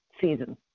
season